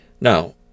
Now